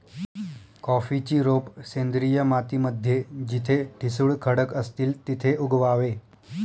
कॉफीची रोप सेंद्रिय माती मध्ये जिथे ठिसूळ खडक असतील तिथे उगवावे